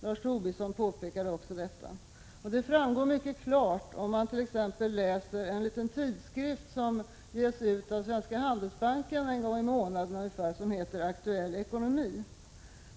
Lars Tobisson påpekade också detta. Detta framgår mycket klart av t.ex. den tidskrift som Svenska handelsbanken varje månad ger ut, som heter Aktuell Ekonomi.